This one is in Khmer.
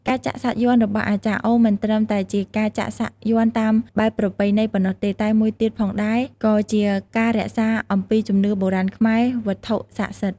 ការចាក់សាក់យ័ន្តរបស់អាចារ្យអូមិនត្រឹមតែជាការចាក់សាក់យន្តតាមបែបប្រពៃណីប៉ុណ្ណោះទេ តែមួយទៀតផងដែរ ក៏ជាការរក្សាអំពីជំនឿបុរាណខ្មែរ វត្ថុសក្តិសិទ្ធ។